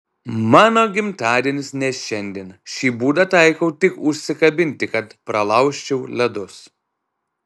mano gimtadienis ne šiandien šį būdą taikau tik užsikabinti kad pralaužčiau ledus